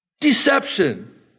deception